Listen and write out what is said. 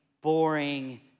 boring